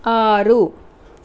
ఆరు